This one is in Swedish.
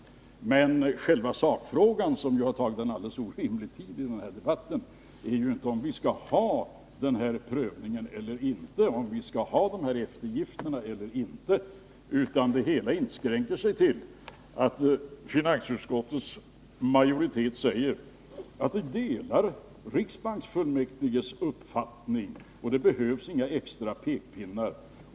Men själva sakfrågan, som tagit i anspråk en alldeles orimlig tid i denna debatt, är ju inte om vi skall ha denna prövning eller ej eller om vi skall ha eftergifter eller ej, utan det hela inskränker sig till att finansutskottets majoritet uttalar att den delar riksdagsfullmäktiges uppfattning. Det behövs inga extra pekpinnar.